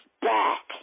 back